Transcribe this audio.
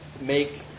make